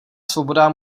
svoboda